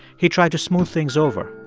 he tried to smooth things over.